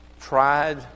tried